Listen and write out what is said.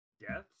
deaths